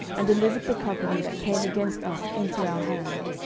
and delivered the company that came against us into our hand.